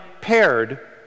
paired